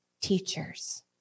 teachers